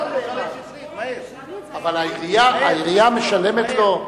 אבל העירייה משלמת לו.